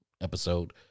episode